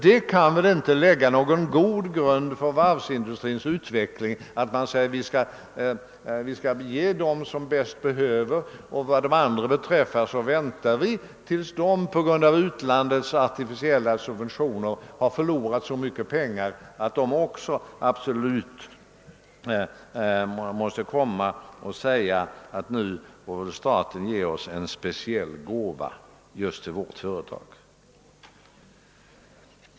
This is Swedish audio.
Det kan nämligen inte lägga någon god grund för varvsindu strins utveckling att säga, att vi skall ge bidrag till dem som bäst behöver det; vad de andra beträffar väntar vi till dess att de på grund av utlandets artificiella subventioner har förlorat så mycket pengar att de måste komma till oss och säga, att nu får staten ge också vårt företag ett speciellt stöd.